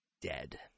dead